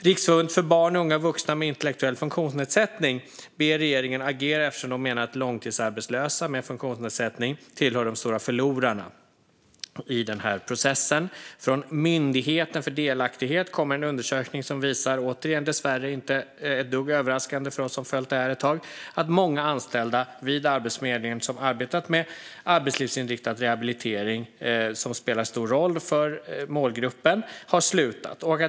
Riksförbundet för barn, unga och vuxna med intellektuell funktionsnedsättning, FUB, ber regeringen agera eftersom de menar att långtidsarbetslösa med funktionsnedsättning tillhör de stora förlorarna i den här processen. Från Myndigheten för delaktighet kommer en undersökning som visar - återigen dessvärre inte ett dugg överraskande för oss som följt frågan ett tag - att många anställda vid Arbetsförmedlingen som har arbetat med arbetslivsinriktad rehabilitering, som spelar en stor roll för den här målgruppen, har slutat.